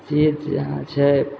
जे जहाँ छै